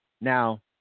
now